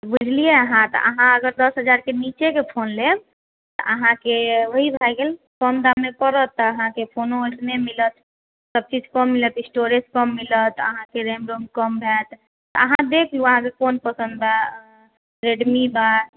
बुझलियै अहाँ तऽ अहाँ दस हजार के नीचे के फोन लेब तऽ अहाँके वही भए गेल कम दाम पड़त अहाँके फोनो ओहने मिलत सब चीज कम मिलत स्टोरेज कम मिलत अहाँके रैम रोम कम हएत अहाँ देख लू अहाँके कोन पसन्द रेडमी